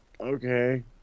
Okay